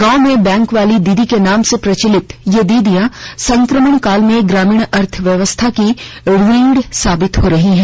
गांव में बैंक वाली दीदी के नाम से प्रचलित ये दीदियां संक्रमण काल में ग्रामीण अर्थव्यवस्था की रीढ़ साबित हो रही हैं